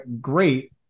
great